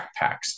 backpacks